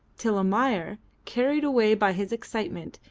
till almayer, carried away by his excitement,